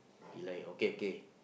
he like okay okay